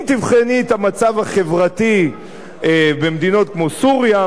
אם תבחני את המצב החברתי במדינות כמו סוריה,